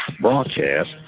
Broadcast